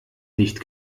nicht